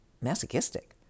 masochistic